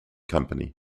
company